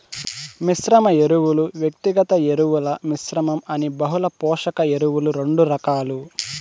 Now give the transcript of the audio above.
మిశ్రమ ఎరువులు, వ్యక్తిగత ఎరువుల మిశ్రమం అని బహుళ పోషక ఎరువులు రెండు రకాలు